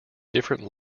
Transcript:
different